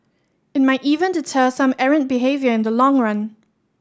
it might even deter some errant behaviour in the long run